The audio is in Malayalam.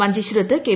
മഞ്ചേശ്വരത്ത് കെ